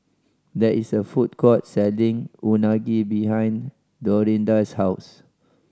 there is a food court selling Unagi behind Dorinda's house